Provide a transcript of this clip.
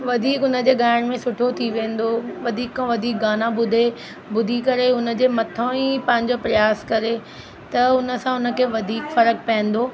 वधीक हुनजे ॻाइण में सुठो थी वेंदो वधीक खां वधीक गाना ॿुधे ॿुधी करे हुनजे मथां ई पंहिंजो प्रयास करे त हुन सां हुनखे वधीक फ़र्क़ु पवंदो